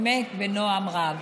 באמת בנועם רב.